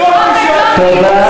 תודה.